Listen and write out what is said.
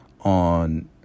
on